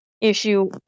issue